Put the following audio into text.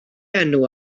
enw